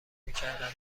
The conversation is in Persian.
میکردم